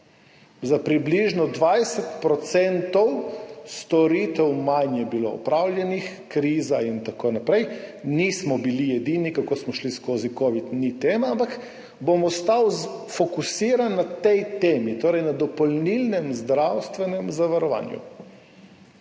Za približno 20 % storitev manj je bilo opravljenih, kriza in tako naprej. Nismo bili edini, kako smo šli skozi covid, ni tema, ampak bom ostal fokusiran na tej temi, torej na dopolnilnem zdravstvenem zavarovanju.